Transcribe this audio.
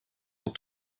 dans